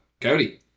Cody